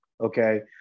okay